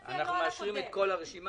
אנחנו מאשרים את כל הרשימה,